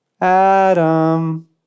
Adam